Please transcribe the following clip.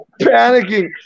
panicking